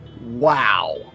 Wow